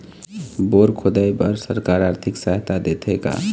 Bore खोदाई बर सरकार आरथिक सहायता देथे का?